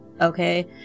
Okay